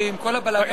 כי עם כל הבלגן,